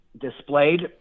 displayed